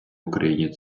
україні